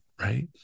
right